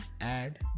add